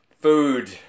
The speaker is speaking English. Food